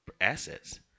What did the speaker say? assets